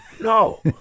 No